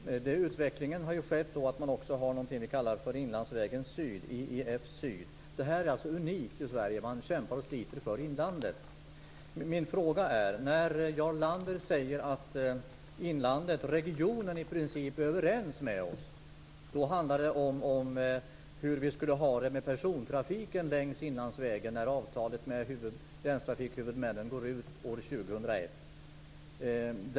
Utvecklingen har gjort att det nu också finns någonting som vi kallar för Inlandsvägen Syd - IEF Syd. Det är unikt i Sverige. Man kämpar och sliter för inlandet. Jarl Lander säger att utskottsmajoriteten och regionen i princip är överens. Det handlar om hur vi skall ha det med persontrafiken längs inlandsvägen när avtalet med länstrafikhuvudmännen går ut år 2001.